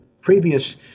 previous